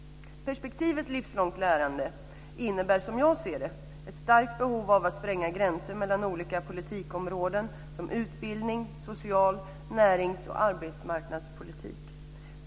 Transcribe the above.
Perspektivet livslångt lärande innebär, som jag ser det, ett stark behov av att spränga gränser mellan olika politikområden som utbildning, social-, närings och arbetsmarknadspolitik.